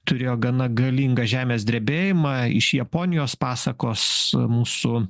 turėjo gana galingą žemės drebėjimą iš japonijos pasakos mūsų